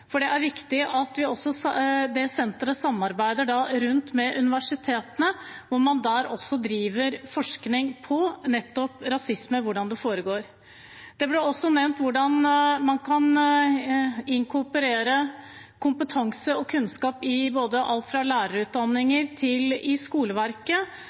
for det er viktig at det senteret samarbeider med universitetene, hvor man også driver forskning på nettopp rasisme, hvordan det foregår. Det ble også nevnt hvordan man kan inkorporere kompetanse og kunnskap i alt fra lærerutdanning til skoleverket,